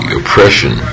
oppression